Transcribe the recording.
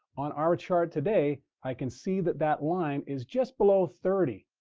on our chart today, i can see that that line is just below thirty,